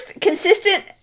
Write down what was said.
consistent